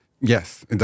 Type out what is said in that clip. yes